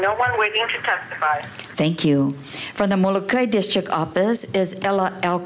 to thank you for the district office is